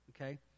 okay